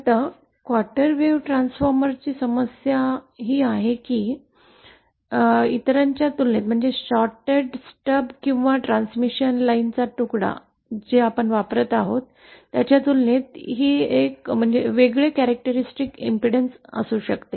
आता quarter wave ट्रान्सफॉर्मरची समस्या ही आहे की इतरांच्या तुलनेत शॉर्ट स्टब किंवा ट्रान्समिशन लाईनचा तुकडा ज्याचा आपण वापरत आहोत त्याच्या तुलनेत ही एक वेगळी वैशिष्ट्यपूर्ण प्रतिबाधा आहे